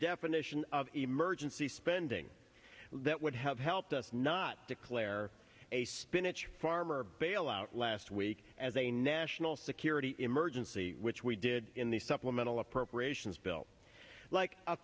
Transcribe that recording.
definition of emergency spending that would have helped us not declare a spinach farm or bail out last week as a national security emergency which we did in the supplemental appropriations bill like a